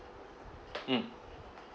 mm